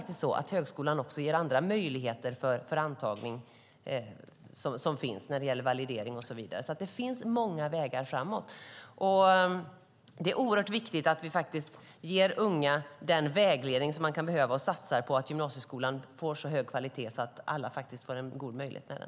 I högskolan finns även andra möjligheter till antagning när det gäller validering och annat, så det finns många vägar framåt. Det är oerhört viktigt att vi ger unga den vägledning de kan behöva och satsar på att gymnasieskolan får en så hög kvalitet att alla får en god möjlighet.